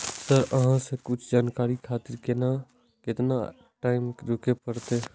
Sir अहाँ से कुछ जानकारी खातिर केतना टाईम रुके परतें?